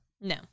No